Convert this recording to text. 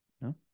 No